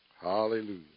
Hallelujah